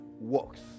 works